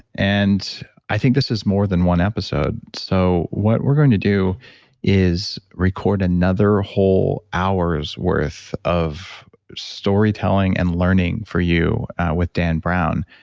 and i think this is more than one episode. so what we're going to do is record another whole hour's worth of storytelling and learning for you with dan brown,